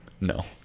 No